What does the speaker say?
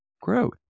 growth